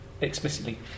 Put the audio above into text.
explicitly